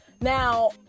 Now